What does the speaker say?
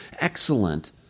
excellent